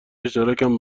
اشتراکم